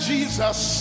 Jesus